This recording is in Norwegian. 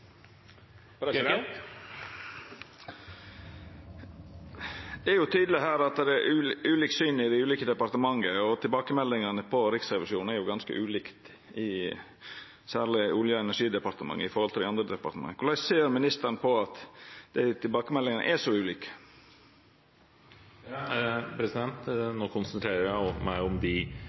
Det er tydeleg her at det er ulike syn i dei ulike departementa. Tilbakemeldingane på Riksrevisjonens rapport er ganske ulike, særleg frå Olje- og energidepartementet i forhold til frå dei andre departementa. Korleis ser ministeren på at tilbakemeldingane er så